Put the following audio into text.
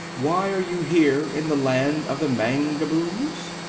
why are you here, in the land of the mangaboos?